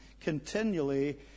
continually